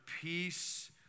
peace